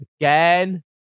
Again